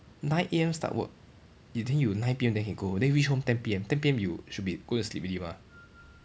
nine A_M start work you then you nine P_M then can go home then you reach home ten P_M ten P_M you should be go to sleep already mah